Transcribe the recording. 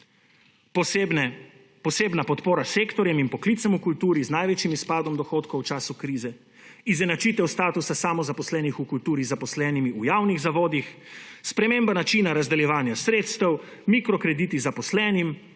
posebna podpora sektorjem in poklicem v kulturi z največjim izpadom dohodkov v času krize, izenačitev statusa samozaposlenih v kulturi z zaposlenimi v javnih zavodih, sprememba načina razdeljevanja sredstev, mikrokrediti samozaposlenim,